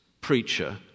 preacher